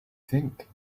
think